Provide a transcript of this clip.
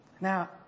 Now